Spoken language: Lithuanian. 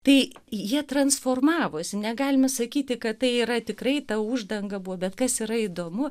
tai jie transformavosi negalima sakyti kad tai yra tikrai ta uždanga buvo bet kas yra įdomu